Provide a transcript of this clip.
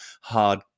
hard